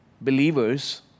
believers